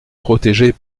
protégées